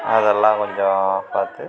அதெல்லாம் கொஞ்சம் பார்த்து